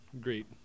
great